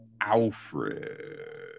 Alfred